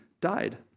died